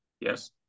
Yes